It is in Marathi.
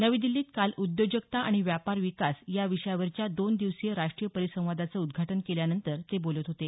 नवी दिल्लीत काल उद्योजकता आणि व्यापार विकास या विषयावरच्या दोन दिवसीय राष्ट्रीय परिसंवादाचं उद्घाटन केल्यानंतर ते बोलत होते